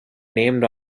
named